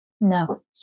No